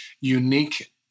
unique